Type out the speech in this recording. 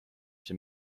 see